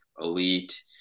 elite